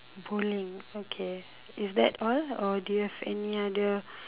bowling okay is that all or do you have any other